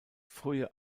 frühe